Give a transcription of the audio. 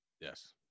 Yes